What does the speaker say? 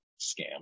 scam